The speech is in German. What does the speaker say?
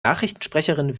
nachrichtensprecherin